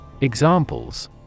Examples